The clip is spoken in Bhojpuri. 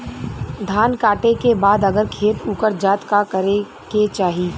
धान कांटेके बाद अगर खेत उकर जात का करे के चाही?